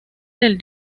del